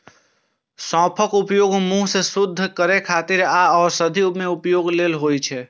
सौंफक उपयोग मुंह कें शुद्ध करै खातिर आ औषधीय उपयोग लेल होइ छै